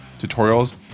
tutorials